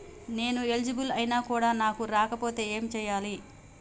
నేను ఎలిజిబుల్ ఐనా కూడా నాకు రాకపోతే ఏం చేయాలి?